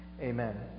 Amen